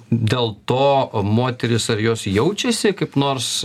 dėl to moterys ar jos jaučiasi kaip nors